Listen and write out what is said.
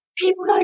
people